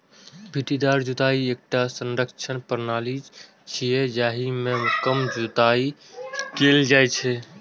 पट्टीदार जुताइ एकटा संरक्षण प्रणाली छियै, जाहि मे कम जुताइ कैल जाइ छै